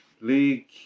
league